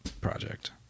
project